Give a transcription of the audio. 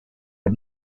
but